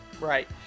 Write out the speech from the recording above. right